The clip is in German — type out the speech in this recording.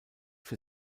für